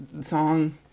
song